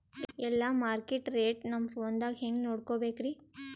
ಎಲ್ಲಾ market rate ನಮ್ ಫೋನದಾಗ ಹೆಂಗ ನೋಡಕೋಬೇಕ್ರಿ?